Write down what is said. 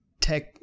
tech